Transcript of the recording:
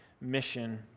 mission